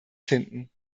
finden